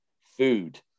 food